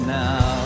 now